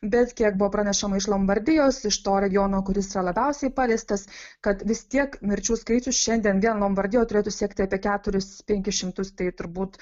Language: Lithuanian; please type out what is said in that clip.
bet kiek buvo pranešama iš lombardijos iš to regiono kuris labiausiai paliestas kad vis tiek mirčių skaičius šiandien vėl lombardijoj turėtų siekti apie keturis penkis šimtus tai turbūt